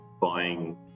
buying